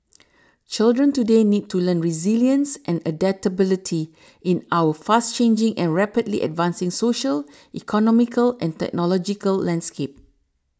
children today need to learn resilience and adaptability in our fast changing and rapidly advancing social economical and technological landscape